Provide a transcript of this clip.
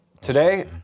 today